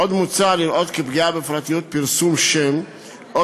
עוד מוצע לראות כפגיעה בפרטיות פרסום שם או